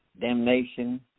damnation